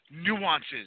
nuances